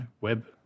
web